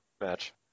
match